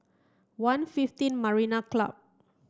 one fifteen Marina Club